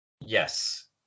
yes